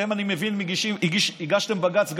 אני מבין שהגשתם בג"ץ בנושא.